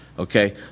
okay